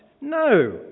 No